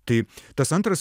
tas antras